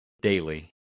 daily